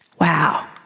Wow